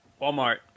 Walmart